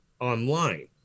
online